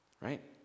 Right